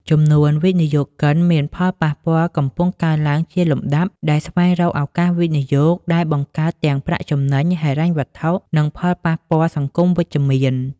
ចំនួនវិនិយោគិនមានផលប៉ះពាល់កំពុងកើនឡើងជាលំដាប់ ដែលស្វែងរកឱកាសវិនិយោគដែលបង្កើតទាំងប្រាក់ចំណេញហិរញ្ញវត្ថុ និងផលប៉ះពាល់សង្គមវិជ្ជមាន ។